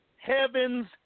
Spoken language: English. Heaven's